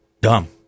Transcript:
dumb